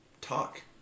talk